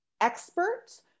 experts